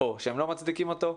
או שהם לא מצדיקים אותו.